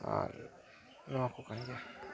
ᱟᱨ ᱱᱚᱣᱟ ᱠᱚ ᱠᱟᱱ ᱜᱮᱭᱟ